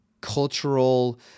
cultural